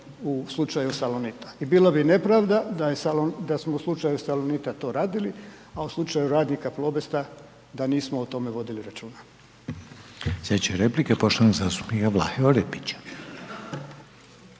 u slučaju „Salonita“ I bilo bi nepravda da smo u slučaju Salonita to radili, a u slučaju radnika Plobesta da nismo o tome vodili računa. **Reiner, Željko (HDZ)** Slijedeća